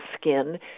skin